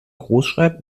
großschreibt